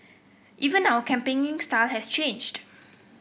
even our campaigning style has changed